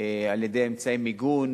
על-ידי אמצעי מיגון,